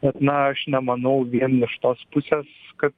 bet na aš nemanau vien iš tos pusės kad